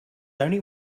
only